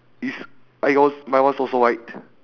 is are yours my one's also white